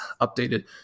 updated